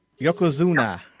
Yokozuna